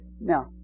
Now